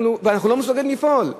ואנחנו לא מסוגלים לפעול.